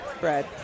bread